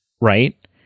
right